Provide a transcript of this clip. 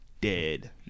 dead